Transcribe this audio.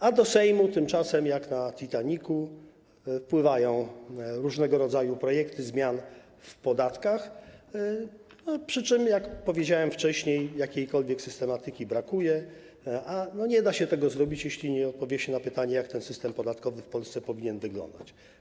A do Sejmu tymczasem, jak na Titanicu, wpływają różnego rodzaju projekty zmian w podatkach, przy czym, jak powiedziałem wcześniej, brakuje jakiejkolwiek systematyki, a nie da się tego zrobić, jeśli nie odpowie się na pytanie, jak ten system podatkowy w Polsce powinien wyglądać.